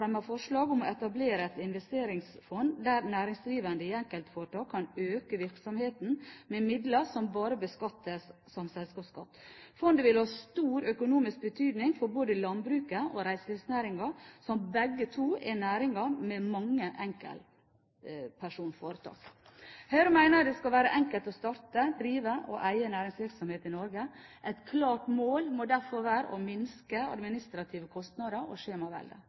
forslag om å etablere et investeringsfond, der næringsdrivende i enkeltforetak kan øke virksomheten med midler som bare beskattes som selskapsskatt. Fondet vil ha stor økonomisk betydning for både landbruket og reiselivsnæringen, som begge to er næringer med mange enkeltpersonforetak. Høyre mener det skal være enkelt å starte, drive og eie næringsvirksomhet i Norge. Et klart mål må derfor være å minske administrative kostnader og skjemaveldet.